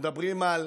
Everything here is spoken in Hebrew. כשמדברים על